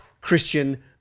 christian